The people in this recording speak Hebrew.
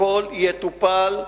הכול יטופל.